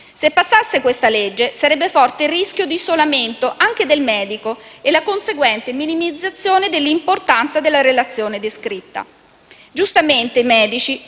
questo disegno di legge, sarebbe forte il rischio di isolamento del medico e la conseguente minimizzazione dell'importanza della relazione descritta. Giustamente i medici